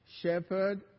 Shepherd